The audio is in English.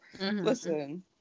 Listen